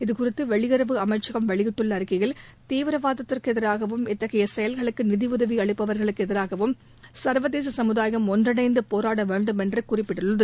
இதுகுறித்து வெளியுறவு அமைச்சகம் வெளியிட்டுள்ள அறிக்கையில் தீவிரவாதத்திற்கு எதிராகவும் இத்தகைய செயல்களுக்கு நிதியுதவி அளிப்பவர்களுக்கு எதிராகவும் சர்வதேச சமுதாயம் ஒன்றிணைந்து போராட வேண்டும் என்று குறிப்பிடப்பட்டுள்ளது